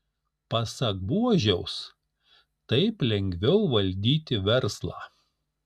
pasak buožiaus taip lengviau valdyti verslą